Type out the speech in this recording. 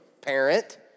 parent